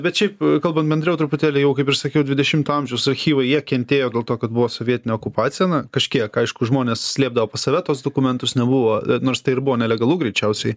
bet šiaip kalbant bendriau truputėlį jau kaip ir sakiau dvidešimto amžiaus archyvai jie kentėjo dėl to kad buvo sovietinė okupacija na kažkiek aišku žmonės slėpdavo pas save tuos dokumentus nebuvo nors tai ir buvo nelegalu greičiausiai